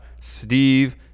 Steve